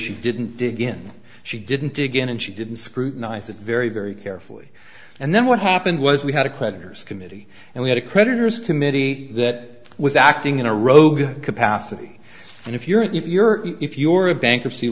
she didn't dig in she didn't dig in and she didn't scrutinize it very very carefully and then what happened was we had a creditor's committee and we had a creditor's committee that was acting in a rogue capacity and if you're if you're if you're a bankruptcy